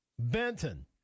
Benton